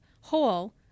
Hole